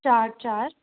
चार चार